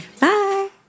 bye